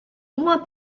uma